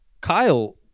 Kyle